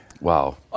Wow